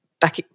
back